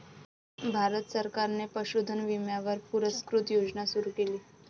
भारत सरकारने पशुधन विम्यावर केंद्र पुरस्कृत योजना सुरू केली